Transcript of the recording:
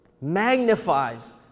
magnifies